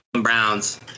Browns